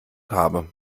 habe